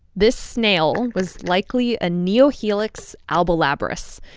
this snail was likely a neohelix albolabris,